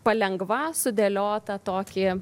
palengva sudėliotą tokį